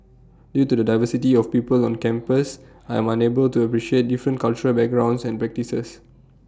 due to the diversity of people on campus I am unable to appreciate different cultural backgrounds and practices